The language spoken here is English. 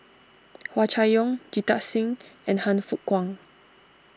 Hua Chai Yong Jita Singh and Han Fook Kwang